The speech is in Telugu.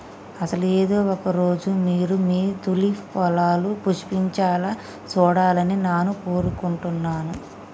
అసలు ఏదో ఒక రోజు మీరు మీ తూలిప్ పొలాలు పుష్పించాలా సూడాలని నాను కోరుకుంటున్నాను